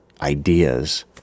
ideas